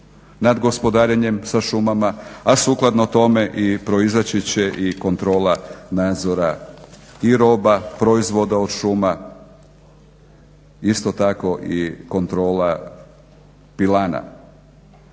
nad gospodarenjem sa šumama a sukladno tome proizaći će i kontrola nadzora i roba, proizvoda od šuma isto tako i kontrola pilana.